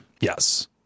yes